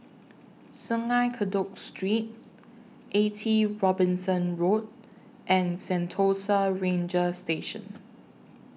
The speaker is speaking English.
Sungei Kadut Street eighty Robinson Road and Sentosa Ranger Station